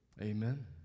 amen